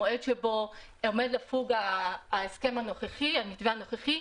המועד שבו עומד לפוג המתווה הנוכחי,